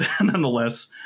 nonetheless